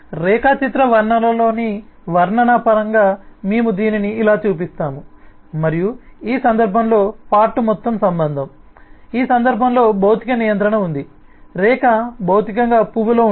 రేఖాచిత్ర వర్ణనలోని వర్ణన పరంగా మేము దీనిని ఇలా చూపిస్తాము మరియు ఈ సందర్భంలో పార్ట్ మొత్తం సంబంధం ఈ సందర్భంలో భౌతిక నియంత్రణ ఉంది రేక భౌతికంగా పువ్వులో ఉంటుంది